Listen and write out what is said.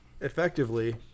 effectively